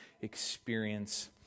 experience